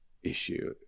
Issue